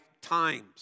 times